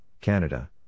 Canada